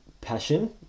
passion